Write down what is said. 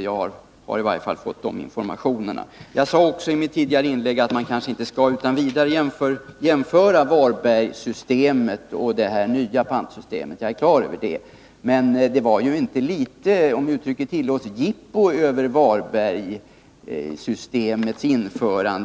Jag har i varje fall fått de informationerna. Jag sade i mitt tidigare inlägg att man kanske inte utan vidare kan jämföra Varbergsystemet och det nya pantsystemet— jag är på det klara med det. Men det var inte litet ”jippo” — om uttrycket tillåts — över Varbergsystemets införande.